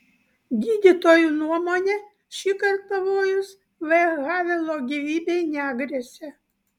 gydytojų nuomone šįkart pavojus v havelo gyvybei negresia